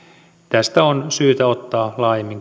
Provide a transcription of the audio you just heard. tästä on syytä ottaa laajemminkin